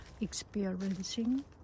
experiencing